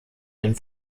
den